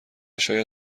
شاید